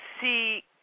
see